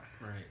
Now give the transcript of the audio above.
Right